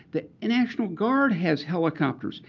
the national guard has helicopters.